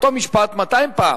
תחזור על אותו משפט 200 פעם.